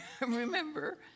remember